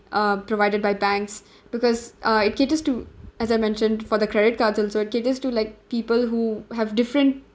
uh provided by banks because uh it caters to as I mentioned for the credit cards also it caters to like people who have different